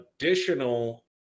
additional